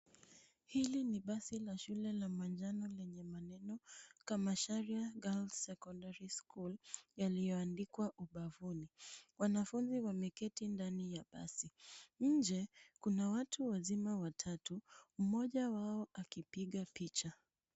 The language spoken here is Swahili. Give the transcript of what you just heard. Hili ni basi la shule la manjano lenye maneno Kamacharia Girls Secondary School yaliyoandwa ubavuni. Wanafunzi wameketi ndani ya basi, nje kuna watu wazima watatu mmoja wao akipiga picha.